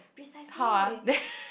precisely